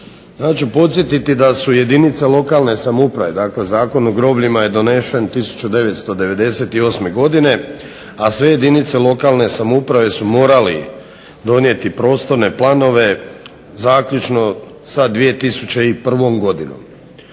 Ja ću podsjetiti da su jedinice lokalne samouprave, dakle Zakon o grobljima je donesen 1998. godine a sve jedinice lokalne samouprave su morali donijeti prostorne planove zaključno sa 2001. godinom.